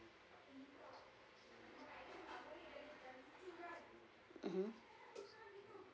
mmhmm